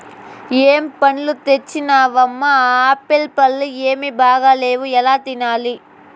ఏం పండ్లు తెచ్చినవమ్మ, ఆ ఆప్పీల్లు ఏమీ బాగాలేవు ఎలా తినాలి